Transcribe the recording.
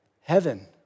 Heaven